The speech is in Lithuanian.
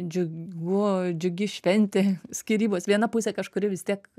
džiugu džiugi šventė skyrybos viena pusė kažkuri vis tiek